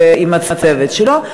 ועם הצוות שלו,